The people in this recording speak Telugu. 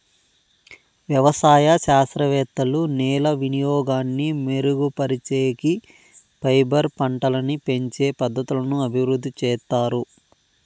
వ్యవసాయ శాస్త్రవేత్తలు నేల వినియోగాన్ని మెరుగుపరిచేకి, ఫైబర్ పంటలని పెంచే పద్ధతులను అభివృద్ధి చేత్తారు